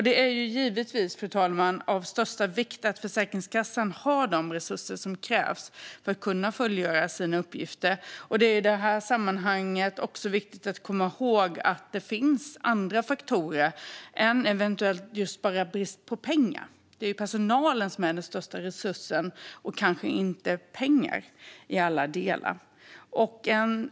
Det är givetvis av största vikt, fru talman, att Försäkringskassan har de resurser som krävs för att kunna fullgöra sina uppgifter. Det är i sammanhanget också viktigt att komma ihåg att det finns andra faktorer än eventuellt bara brist på pengar. Det är personalen som är den största resursen och kanske inte pengar i alla delar.